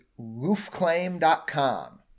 roofclaim.com